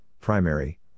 primary